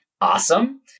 Awesome